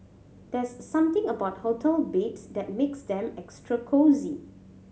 there's something about hotel beds that makes them extra cosy